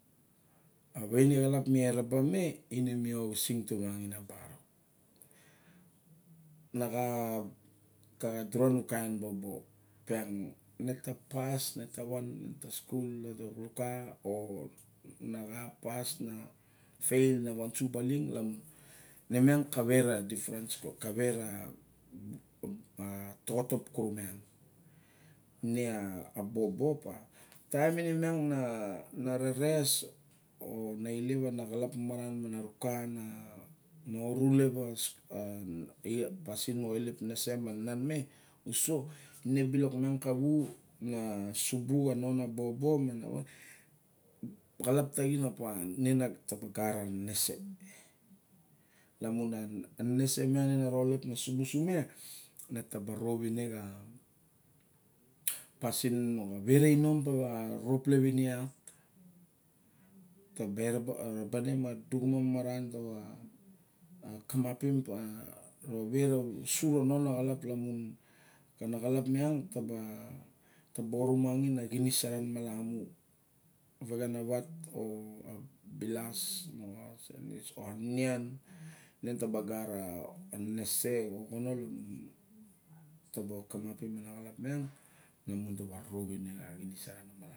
A vainexalap mi eraba me ina na oxising ta mangin a barok. Nagat a duran na kain bobo opiang. Ne ta pas ne ta wan ne ta skul loloba o naxa pas na fail, na wasu baling ne miang kawei ra difference kawei ra toxotop kuremiang. Ene a bobo opa, taim une miang ra reres, na ilep a naxalap maran mana ruka ma na arulep a pasin moxa ilep neneses mana nan me uso. Ine bilok miang kava na subu xa non a bobo, a xalap taxun opa en na ta ba gat a nenese. Lamun a nenese miang ine na rolep ma na subusu me na taba rop ine xa pasin moxa wera inom, pa wa roplem ine iat ne ta ba ra ba ne ma duduxamaran ta wa kama pum pa wera su xa non axalap lamun, a naxalap miang ne ta ba orumangin a na xinis sa ren malamu. A wexenawat a bilas, o anian, ine ta ba gat nenese xa oxona lamun ne ta ba kamapim a na xalap miang ta ba rop ine xa xinis sa ron malamu.